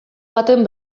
baten